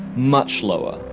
much lower.